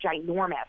ginormous